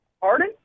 Pardon